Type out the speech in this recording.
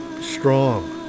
strong